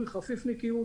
חפיפניקית,